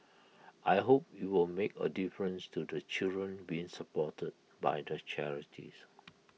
I hope IT will make A difference to the children being supported by the charities